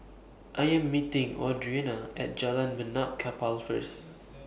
I Am meeting Audrina At Jalan Benaan Kapal First